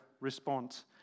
response